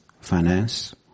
finance